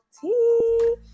Tea